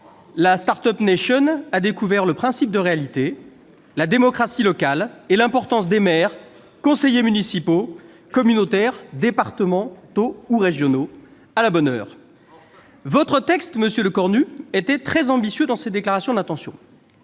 la start-up nation a découvert le principe de réalité, la démocratie locale et l'importance des maires, des conseillers municipaux, communautaires, départementaux ou régionaux : à la bonne heure ! Enfin ! Votre texte, monsieur Lecornu, était très ambitieux à en croire les déclarations d'intention.